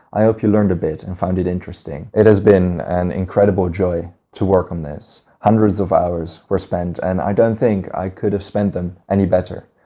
i hope you learned a bit and found it interesting. it has been an incredible joy to work on this. hundreds of hours were spent and i don't think i could have spent them any better.